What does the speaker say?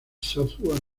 software